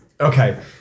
Okay